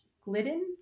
Glidden